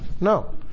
No